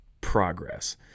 progress